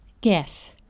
Guess